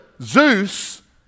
Zeus